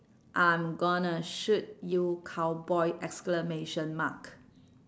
I'm gonna shoot you cowboy exclamation mark